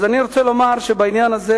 אני רוצה לומר שבעניין הזה,